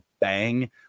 bang